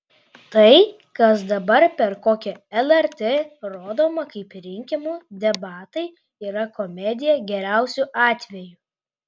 tai kas dabar per kokią lrt rodoma kaip rinkimų debatai yra komedija geriausiu atveju